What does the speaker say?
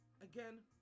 Again